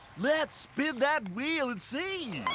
let's spin that wheel and see.